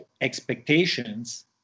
expectations